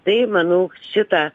tai manau šitą